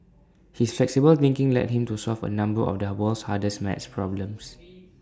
his flexible thinking led him to solve A number of the world's hardest math problems